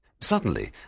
Suddenly